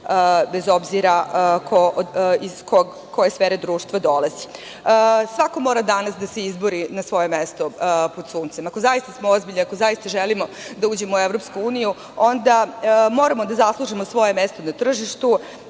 bez obzira ko iz koje sfere društva dolazi. Svako mora danas da se izbori na svoje mesto pod suncem. Ako smo zaista ozbiljni i ako zaista želimo da uđemo u EU, onda moramo da zaslužimo svoje mesto na tržištu,